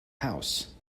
house